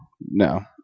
No